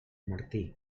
martí